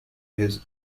his